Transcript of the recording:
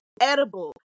edible